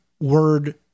word